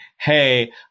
Hey